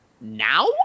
now